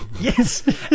Yes